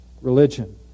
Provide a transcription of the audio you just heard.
religion